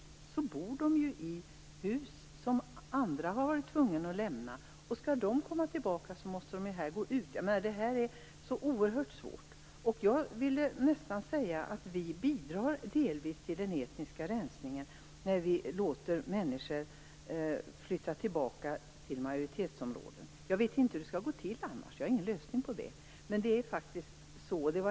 Dessutom bor de i hus som andra människor har varit tvungna att lämna. Om de människor som har lämnat dessa hus skulle komma tillbaka måste de människor som bor där nu lämna husen. Detta är oerhört svårt. Jag vill nästan säga att vi delvis bidrar till den etniska rensningen när vi låter människor flytta tillbaka till majoritetsområden. Jag vet inte hur det annars skall gå till. Jag har ingen lösning på det problemet.